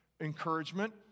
encouragement